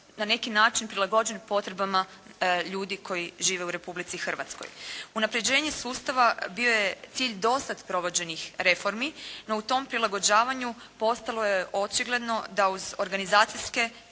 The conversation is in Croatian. na neki način prilagođen potrebama ljudi koji žive u Republici Hrvatskoj. Unapređenje sustava bio je cilj do sada provođenih reformi, no u tom prilagođavanju postalo je očigledno da uz organizacijske